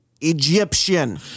Egyptian